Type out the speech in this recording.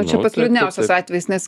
čia pats liūdniausias atvejis nes